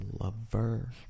lover